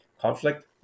conflict